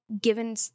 given